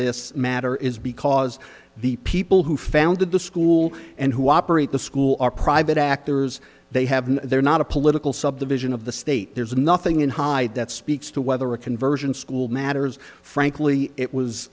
this matter is because the people who founded the school and who operate the school are private actors they haven't they're not a political subdivision of the state there's nothing in hyde that speaks to whether a conversion school matters frankly it was